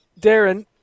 Darren